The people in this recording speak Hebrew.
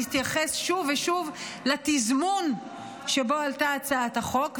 התייחס שוב ושוב לתזמון שבו עלתה הצעת החוק,